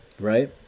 right